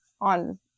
on